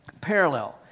parallel